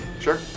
Sure